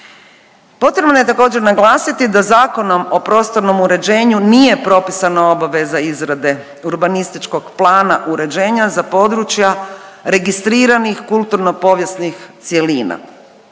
Potrebno je također naglasiti da Zakonom o prostornom uređenju nije propisana obaveza izrade urbanističkog plana uređenja za područja registriranih kulturno-povijesnih cjelina.